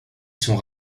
sont